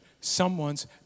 someone's